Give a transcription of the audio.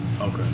Okay